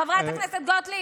חברת הכנסת גוטליב,